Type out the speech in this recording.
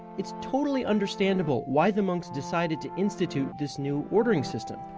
it's totally understandable why the monks decided to institute this new ordering system.